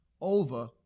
over